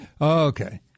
Okay